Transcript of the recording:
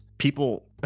People